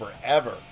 forever